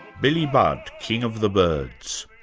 billy budd, king of the birds,